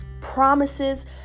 promises